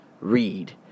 read